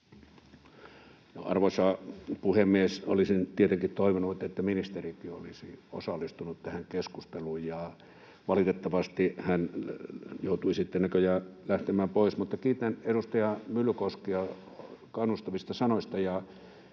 Arvoisa puhemies! Olisin tietenkin toivonut, että ministerikin olisi osallistunut tähän keskusteluun. Valitettavasti hän joutui sitten näköjään lähtemään pois. Mutta kiitän edustaja Myllykoskea kannustavista sanoista.